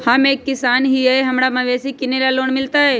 हम एक किसान हिए हमरा मवेसी किनैले लोन मिलतै?